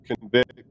convict